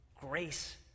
Grace